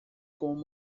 como